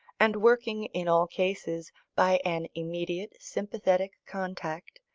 and working in all cases by an immediate sympathetic contact,